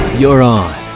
you're on.